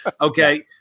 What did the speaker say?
Okay